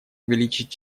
увеличить